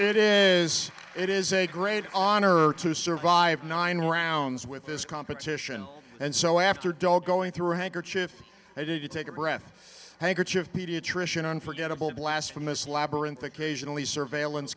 it is it is a great honor to survive nine rounds with this competition and so after dog going through a handkerchief i didn't take a breath handkerchief pediatrician unforgettable blasphemous labyrinth occasionally surveillance